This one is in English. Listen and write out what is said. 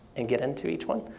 and get into each one.